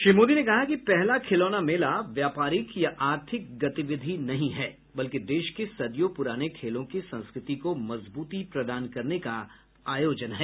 श्री मोदी ने कहा कि पहला खिलौना मेला व्यापारिक या आर्थिक गतिविधि नहीं है बल्कि देश के सदियों पूराने खेलों की संस्कृति को मजबूती प्रदान करने का आयोजन है